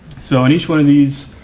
so on each one of these